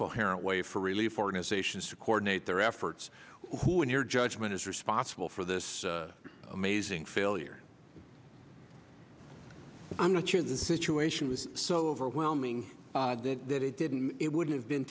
coherent way for relief organizations to coordinate their efforts who in your judgment is responsible for this amazing failure i'm not you're the situation was so overwhelming that it didn't it would have been